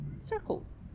circles